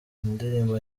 indirimbo